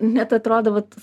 net atrodo vat